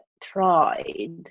tried